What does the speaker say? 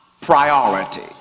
priority